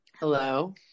Hello